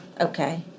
Okay